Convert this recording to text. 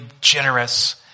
generous